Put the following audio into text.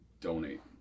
donate